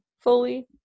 fully